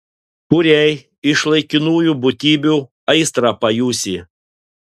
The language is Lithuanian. kuriai iš laikinųjų būtybių aistrą pajusi